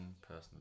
personal